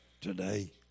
today